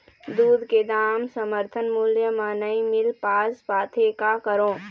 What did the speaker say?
दूध के दाम समर्थन मूल्य म नई मील पास पाथे, का करों?